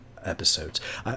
episodes